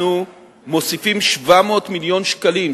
אנחנו מוסיפים 700 מיליון שקלים,